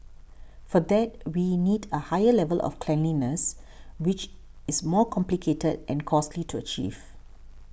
for that we need a higher level of cleanliness which is more complicated and costly to achieve